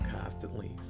constantly